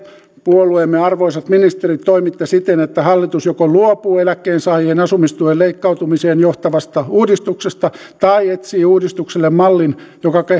puolueemme arvoisat ministerit toimitte siten että hallitus joko luopuu eläkkeensaajien asumistuen leikkautumiseen johtavasta uudistuksesta tai etsii uudistukselle mallin joka